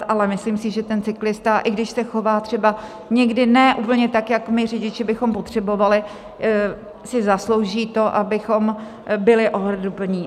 Ale myslím si, že si ten cyklista, i když se chová třeba někdy ne úplně tak, jak my řidiči bychom potřebovali, zaslouží to, abychom byli ohleduplní.